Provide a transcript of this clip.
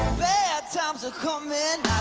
bad times are comin'